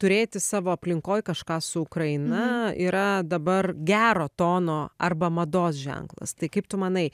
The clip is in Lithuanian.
turėti savo aplinkoj kažką su ukraina yra dabar gero tono arba mados ženklas tai kaip tu manai